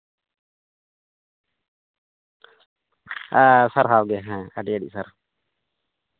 ᱥᱟᱨᱦᱟᱣ ᱜᱮ ᱦᱮᱸ ᱟᱹᱰᱤ ᱟᱹᱰᱤ ᱥᱟᱨᱦᱟᱣ